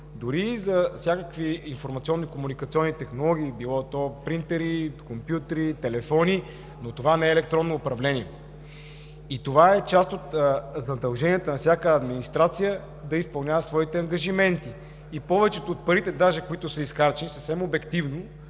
дори и за всякакви информационни комуникационни технологии, било то принтери, компютри, телефони, но това не е електронно управление. И това е част от задълженията на всяка администрация да изпълнява своите ангажименти. Повечето от парите даже, които са изхарчени, съвсем обективно